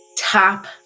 top